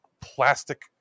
plastic